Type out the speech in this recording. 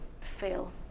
fail